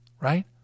right